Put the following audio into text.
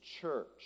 church